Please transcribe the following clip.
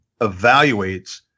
evaluates